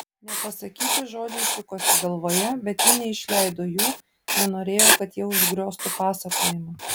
nepasakyti žodžiai sukosi galvoje bet ji neišleido jų nenorėjo kad jie užgrioztų pasakojimą